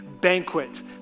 banquet